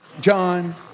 John